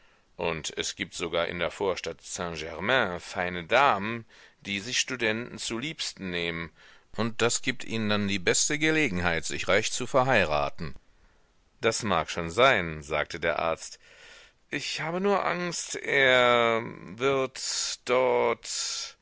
und es gibt sogar in der vorstadt saint-germain feine damen die sich studenten zu liebsten nehmen und das gibt ihnen dann die beste gelegenheit sich reich zu verheiraten das mag schon sein sagte der arzt ich habe nur angst er wird dort